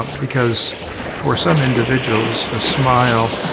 um because for some individuals a smile